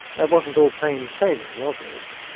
that wasn't all plain sailing, was it?